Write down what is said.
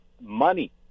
money